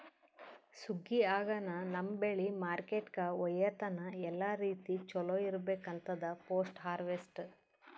ಸುಗ್ಗಿ ಆಗನ ನಮ್ಮ್ ಬೆಳಿ ಮಾರ್ಕೆಟ್ಕ ಒಯ್ಯತನ ಎಲ್ಲಾ ರೀತಿ ಚೊಲೋ ಇರ್ಬೇಕು ಅಂತದ್ ಪೋಸ್ಟ್ ಹಾರ್ವೆಸ್ಟ್